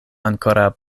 ankoraŭ